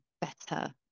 better